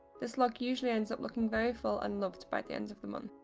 this log usually ends up looking very full and love by the end of the month.